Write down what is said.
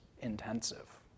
intensive